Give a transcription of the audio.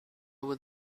would